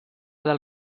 del